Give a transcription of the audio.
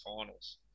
finals